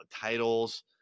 titles